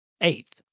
Eighth